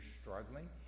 struggling